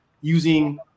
using